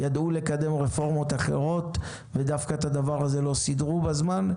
ידעו לקדם רפורמות אחרות ודווקא את הדבר הזה לא סידרו בזמן,